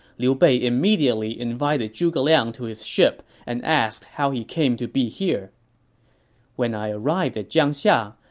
liu bei immediately invited zhuge liang to his ship and asked how he came to be here when i arrived at jiangxia,